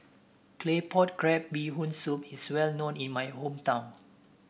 Claypot Crab Bee Hoon Soup is well known in my hometown